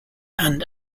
and